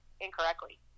incorrectly